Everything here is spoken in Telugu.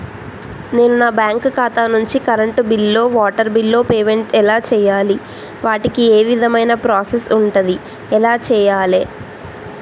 నేను నా బ్యాంకు ఖాతా నుంచి కరెంట్ బిల్లో వాటర్ బిల్లో పేమెంట్ ఎలా చేయాలి? వాటికి ఏ విధమైన ప్రాసెస్ ఉంటది? ఎలా చేయాలే?